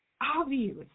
obvious